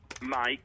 Mike